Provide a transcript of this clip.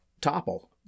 topple